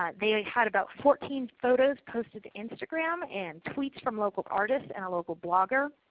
ah they had about fourteen photos posted to instagram and tweets from local artists and a local blogger.